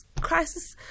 crisis